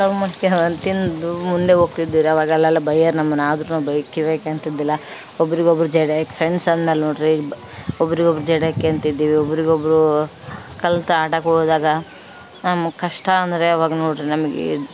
ಕಳುವ್ ಮಾಡ್ಕೊಬಂದ್ ತಿಂದು ಮುಂದೆ ಹೋಗ್ತಿದ್ವಿರಿ ಅವಾಗಲ್ಲೆಲ್ಲ ಬೈಯೋರು ನಮ್ಮನ್ನು ಆದರು ನಾವು ಬೈದು ಕಿವಿಯಾಗಾಕೆಂತಿದ್ದಿಲ್ಲ ಒಬ್ರಿಗೊಬ್ರು ಜಡೆ ಫ್ರೆಂಡ್ಸ್ ಅಂದ್ಮೇಲೆ ನೋಡ್ರಿ ಬ್ ಒಬ್ರಿಗೊಬ್ರು ಜಡೆಕೆಂತಿದ್ವಿ ಒಬ್ರಿಗೊಬ್ಬರು ಕಲ್ತು ಆಡೋಕ್ ಹೋದಾಗ ನಮಗೆ ಕಷ್ಟ ಅಂದರೆ ಅವಾಗ ನೋಡ್ರಿ ನಮಗಿದು